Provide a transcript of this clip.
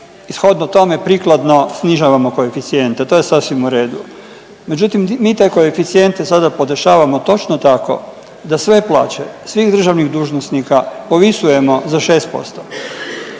shodno tome prikladno snižavamo koeficijente, to je sasvim u redu. Međutim, mi te koeficijente podešavamo točno tako da sve plaće, svih državnih dužnosnika povisujemo za 6%.